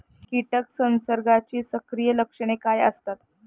कीटक संसर्गाची संकीर्ण लक्षणे काय असतात?